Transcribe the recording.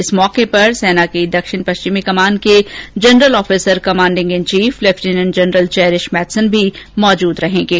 इस मौके पर सेना की दक्षिण पश्चिमी कमान के general officer commanding in chief lieutenant general Cherish Matheson भी मौजूद रहेंगे